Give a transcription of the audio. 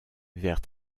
vers